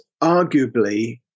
arguably